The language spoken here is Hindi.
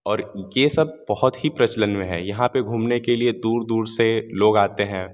और ये सब बहुत ही प्रचलन में है यहाँ पर घूमने के लिए दूर दूर से लोग आते हैं